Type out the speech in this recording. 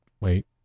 Wait